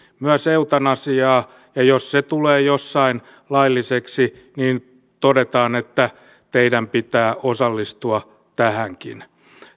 eutanasiaa ja jos se tulee jossain lailliseksi niin todetaan että teidän pitää osallistua tähänkin